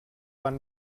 van